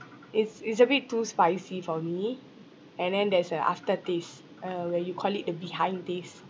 it's it's a bit too spicy for me and then there's a aftertaste uh where you call it the behind taste